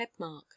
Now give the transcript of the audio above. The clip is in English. headmark